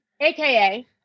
AKA